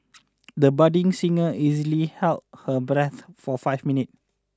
the budding singer easily held her breath for five minutes